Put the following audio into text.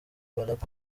barack